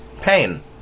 pain